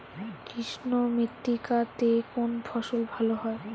কৃষ্ণ মৃত্তিকা তে কোন ফসল ভালো হয়?